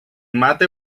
mata